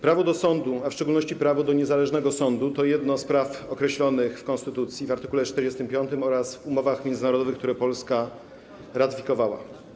Prawo do sądu, a w szczególności prawo do niezależnego sądu, to jedno z praw określonych w konstytucji w art. 45 oraz w umowach międzynarodowych, które Polska ratyfikowała.